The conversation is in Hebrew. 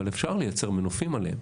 אבל אפשר לייצר מנופים עליהם.